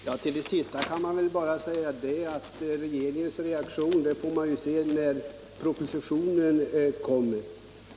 Herr talman! På den senaste frågan kan jag bara svara att regeringens reaktion får man se när propositionen kommer.